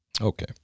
okay